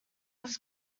was